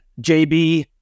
JB